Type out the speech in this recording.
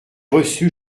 reçu